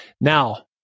Now